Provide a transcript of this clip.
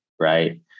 Right